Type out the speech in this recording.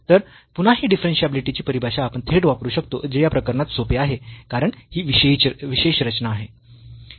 तर पुन्हा ही डिफरन्शियाबिलीटी ची परिभाषा आपण थेट वापरू शकतो जे या प्रकरणात सोपे आहे कारण ही विशेष रचना आहे